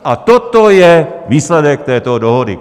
A toto je výsledek této dohody!